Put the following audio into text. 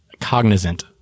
cognizant